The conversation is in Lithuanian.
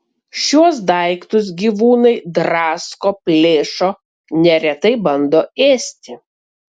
šiuos daiktus gyvūnai drasko plėšo neretai bando ėsti